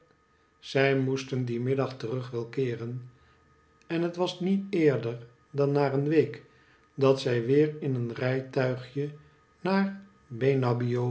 zij moesten dien middag terug wel keeren en het was niet eerder dan na een week dat zij weer in een rijtuigje naar benabbio